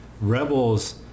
Rebels